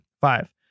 Five